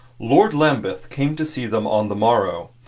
lord lambeth came to see them on the morrow,